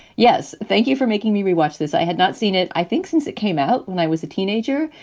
yes. thank you for making me rewatch this. i had not seen it, i think, since it came out when i was a teenager.